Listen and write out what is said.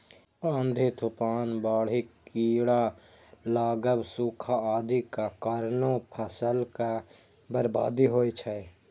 आंधी, तूफान, बाढ़ि, कीड़ा लागब, सूखा आदिक कारणें फसलक बर्बादी होइ छै